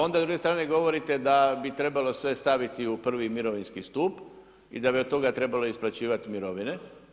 Onda s druge strane govorite da bi trebalo sve staviti u prvi mirovinski stup i da bi od toga trebalo isplaćivati mirovine.